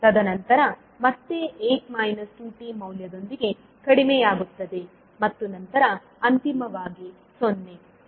ತದನಂತರ ಮತ್ತೆ 8 2t ಮೌಲ್ಯದೊಂದಿಗೆ ಕಡಿಮೆಯಾಗುತ್ತದೆ ಮತ್ತು ನಂತರ ಅಂತಿಮವಾಗಿ 0